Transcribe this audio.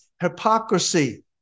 hypocrisy